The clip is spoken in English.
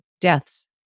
deaths